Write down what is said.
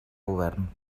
govern